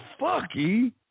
fucky